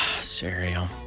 Cereal